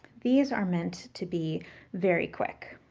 these are meant to be very quick.